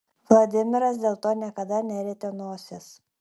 vladimiras dėl to niekada nerietė nosies